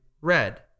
red